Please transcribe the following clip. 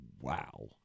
Wow